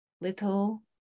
little